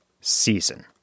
season